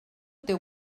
teu